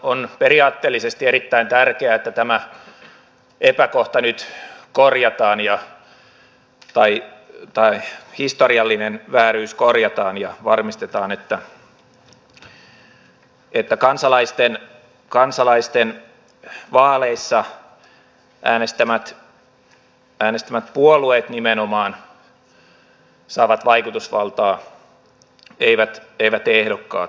on periaatteellisesti erittäin tärkeää että historiallinen vääryys korjataan ja varmistetaan että kansalaisten vaaleissa äänestämät nimenomaan puolueet saavat vaikutusvaltaa eivät ehdokkaat